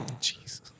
Jesus